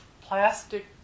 Plastic